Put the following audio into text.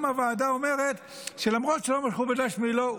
הוועדה גם אומרת שלמרות שלא משכו בדש מעילו,